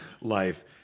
life